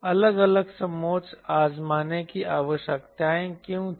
अलग अलग समोच्च आज़माने की आवश्यकता क्यों थी